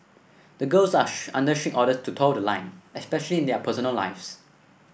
the girls are under strict orders to toe the line especially in their personal lives